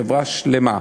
חברה שלמה.